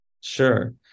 Sure